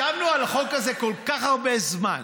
ישבנו על החוק הזה כל כך הרבה זמן,